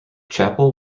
chapel